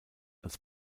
als